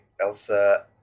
Elsa